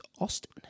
Austin